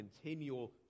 continual